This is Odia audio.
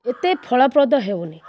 ଏତେ ଫଳପ୍ରଦ ହେଉନି